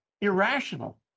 irrational